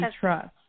trust